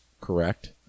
correct